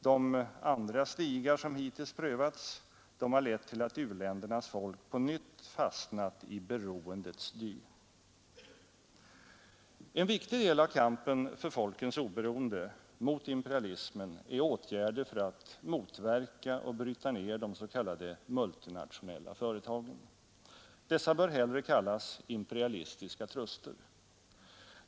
De andra stigar som hittills prövats har lett till att u-ländernas folk på nytt fastnat i beroendets dy. En viktig del av kampen för folkens oberoende, mot imperialismen, är åtgärder för att motverka och bryta ner de s.k. multinationella företagen. Dessa bör hellre kallas imperialistiska truster.